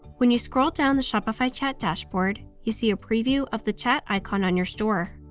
when you scroll down the shopify chat dashboard, you see a preview of the chat icon on your store.